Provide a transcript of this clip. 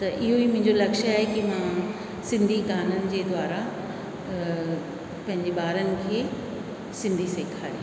त इयो ई मुंजे लक्ष्य आए कि मां सिंधी गाननि जे द्वारा पैंजे ॿारनि खे सिंधी सेखारिया